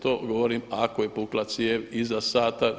To govorim: ako je pukla cijev iza sata.